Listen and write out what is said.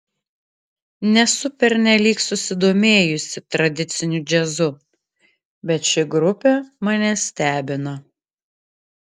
nesu pernelyg susidomėjus tradiciniu džiazu bet ši grupė mane stebina